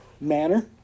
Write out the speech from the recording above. manner